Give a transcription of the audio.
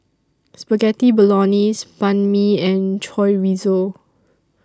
Spaghetti Bolognese Banh MI and Chorizo